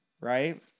right